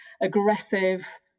aggressive